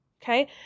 Okay